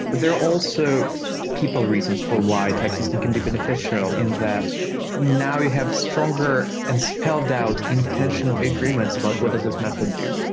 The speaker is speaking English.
but there are also people reasons for why type system can be beneficial, and that now you have stronger and spelled-out intentional agreements about what does this method do.